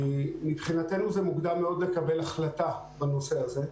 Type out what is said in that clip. מבחינתנו זה מוקדם מאוד לקבל החלטה בנושא הזה.